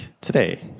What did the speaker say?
today